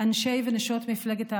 אנשי ונשות מפלגת העבודה,